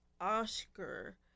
oscar